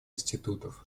институтов